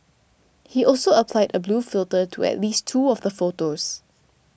he also applied a blue filter to at least two of the photos